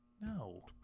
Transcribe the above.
No